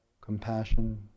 compassion